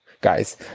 guys